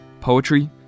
Poetry